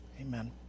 Amen